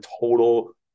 total